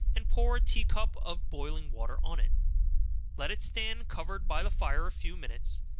and pour a tea-cup of boiling water on it let it stand covered by the fire a few minutes,